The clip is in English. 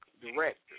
director